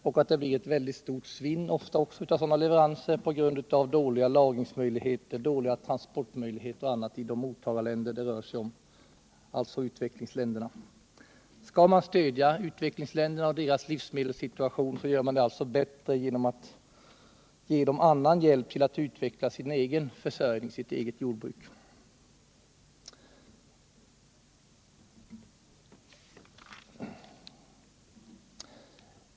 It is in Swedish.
Det blir också ofta ett mycket stort svinn vid sådana leveranser på grund av dåliga lagringsmöjligheter, transportmöjligheter och annat i de mottagarländer det rör sig om, alltså utvecklingsländerna. Skall man stödja utvecklingsländerna och försöka förbättra deras livsmedelssituation, gör man det alltså bättre genom att ge dem annan hjälp, så att de kan utveckla sitt eget jordbruk.